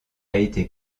été